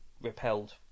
repelled